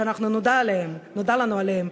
שנודע לנו עליהם,